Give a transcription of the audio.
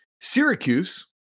Syracuse